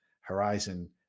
Horizon